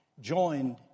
joined